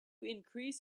increase